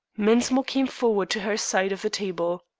mensmore came forward to her side of the table.